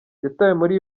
muri